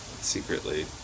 secretly